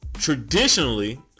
Traditionally